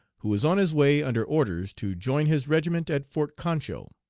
who is on his way under orders to join his regiment at fort concho.